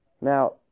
Now